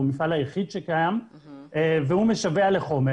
הוא המפעל היחיד שקיים והוא משווע לחומר.